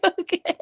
okay